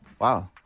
wow